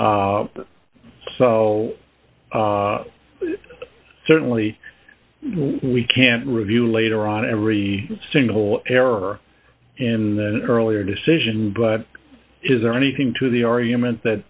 so certainly we can't review later on every single error and then earlier decision but is there anything to the argument that